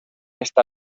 esta